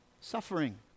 suffering